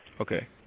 Okay